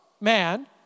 man